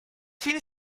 fine